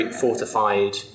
fortified